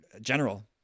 General